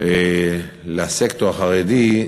לסקטור החרדי,